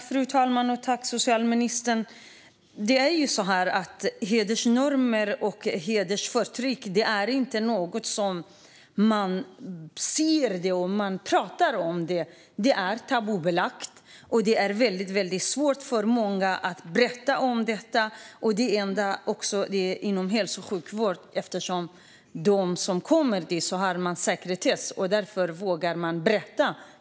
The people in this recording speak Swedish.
Fru talman! Hedersnormer och hedersförtryck är inte något som man ser eller pratar om. Det är tabubelagt, och det är svårt för många att berätta om det. När man kommer till hälso och sjukvården är det sekretess, och därför vågar man berätta.